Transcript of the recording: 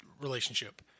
relationship